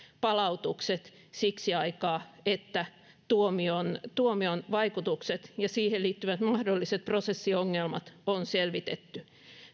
palautukset siksi aikaa että tuomion tuomion vaikutukset ja siihen liittyvät mahdolliset prosessiongelmat on selvitetty